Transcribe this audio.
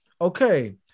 Okay